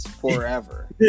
forever